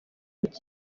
mukino